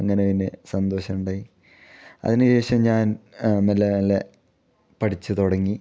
അങ്ങനെ പിന്നെ സന്തോഷം ഉണ്ടായി അതിന് ശേഷം ഞാൻ മെല്ലെ മെല്ലെ പഠിച്ച് തുടങ്ങി